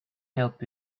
help